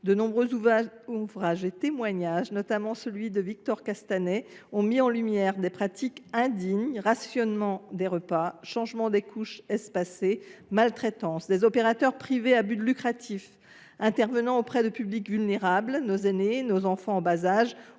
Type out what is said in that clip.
De nombreux ouvrages et témoignages, notamment celui de Victor Castanet, ont mis en lumière des pratiques indignes : rationnement des repas, changement des couches espacé, maltraitance, etc. Des opérateurs privés à but lucratif intervenant auprès de publics vulnérables, nos aînés, nos enfants en bas âge